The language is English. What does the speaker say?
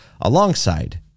alongside